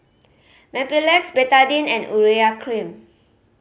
Mepilex Betadine and Urea Cream